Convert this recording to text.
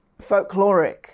folkloric